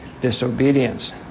disobedience